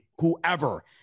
whoever